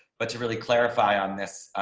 but to really clarify on this,